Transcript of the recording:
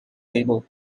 label